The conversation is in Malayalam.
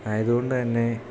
ആയതോണ്ട് തന്നെ